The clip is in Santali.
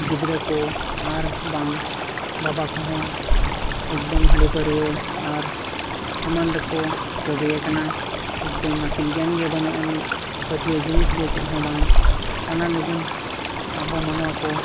ᱜᱤᱫᱽᱨᱟᱹ ᱠᱚ ᱟᱨ ᱵᱟᱝ ᱵᱟᱵᱟ ᱠᱚᱦᱚᱸ ᱮᱠᱫᱚᱢ ᱦᱟᱺᱰᱤ ᱯᱟᱹᱣᱨᱟᱹ ᱟᱨ ᱮᱢᱟᱱ ᱨᱮᱠᱚ ᱡᱚᱵᱮ ᱟᱠᱟᱱᱟ ᱮᱠᱫᱚᱢ ᱟᱹᱠᱤᱞ ᱜᱮᱭᱟᱱ ᱜᱮ ᱵᱟᱹᱱᱩᱜ ᱟᱹᱱᱤᱡ ᱯᱟᱹᱛᱭᱟᱹᱣ ᱡᱤᱱᱤᱥ ᱜᱮ ᱪᱮᱫ ᱦᱚᱸ ᱵᱟᱝ ᱚᱱᱟ ᱞᱟᱹᱜᱤᱫ ᱟᱵᱚ ᱢᱟᱱᱣᱟ ᱠᱚ